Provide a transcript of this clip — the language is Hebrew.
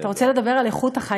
אז אתה רוצה לדבר על איכות החיים,